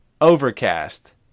Overcast